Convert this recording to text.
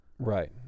right